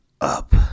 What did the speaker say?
up